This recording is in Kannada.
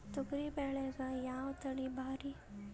ತೊಗರಿ ಬ್ಯಾಳ್ಯಾಗ ಯಾವ ತಳಿ ಭಾರಿ?